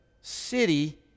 city